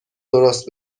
درست